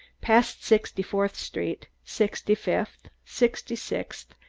past sixty-fourth street, sixty-fifth, sixty-sixth,